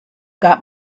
got